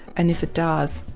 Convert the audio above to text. and if it does,